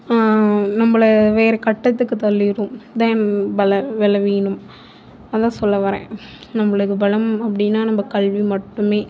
நம்மள வேறு கட்டத்துக்கு தள்ளிடும் அதுதான் பலம் பலவீனம் அதுதான் சொல்ல வரேன் நம்மளுக்கு பலம் அப்படினா நம்ம கல்வி மட்டுமே